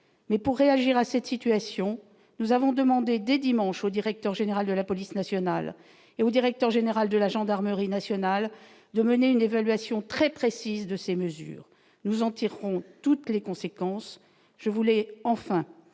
mais pour réagir à cette situation, nous avons demandé dès dimanche au directeur général de la police nationale et au directeur général de la gendarmerie nationale, de mener une évaluation très précise de ces mesures, nous en tirerons toutes les conséquences, je voulais enfin